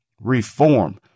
reform